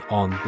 on